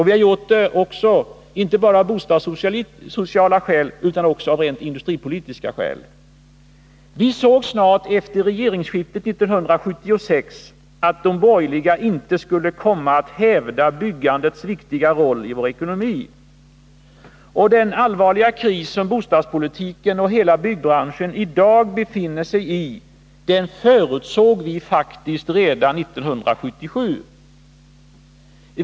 Vi har gjort det inte bara av bostadssociala skäl utan också av rent industripolitiska skäl. Vi såg snart efter regeringsskiftet 1976 att de borgerliga inte skulle kunna hävda byggandets viktiga roll i vår ekonomi. Den allvarliga kris som bostadspolitiken och hela byggbranschen i dag befinner sig i förutsåg vi faktiskt redan 1977.